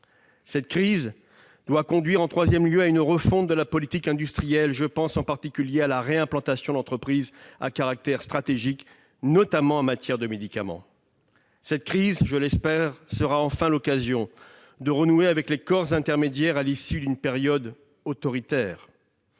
Cette crise doit également conduire à une refonte de la politique industrielle. Je pense en particulier à la réimplantation d'entreprises à caractère stratégique, notamment en matière de médicaments. Cette crise, je l'espère, sera enfin l'occasion de renouer avec les corps intermédiaires à l'issue d'une période autoritaire.